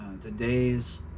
Today's